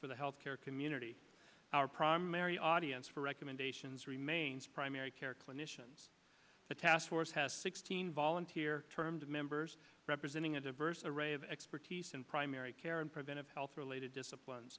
for the health care community our primary audience for recommendations remains primary care clinicians the task force has sixteen volunteer termed members representing a diverse array of expertise and primary care and preventive health related disciplines